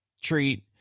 treat